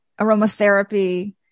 aromatherapy